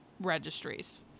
registries